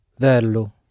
verlo